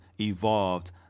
evolved